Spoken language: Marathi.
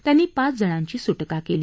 त्यांनी पाच जणांची सुटका केली